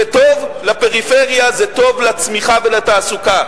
זה טוב לפריפריה וזה טוב לצמיחה ולתעסוקה.